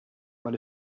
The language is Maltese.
mal